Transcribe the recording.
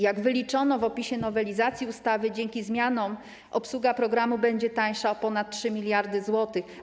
Jak wyliczono w opisie nowelizacji ustawy, dzięki zmianom obsługa programu będzie tańsza o ponad 3 mld zł.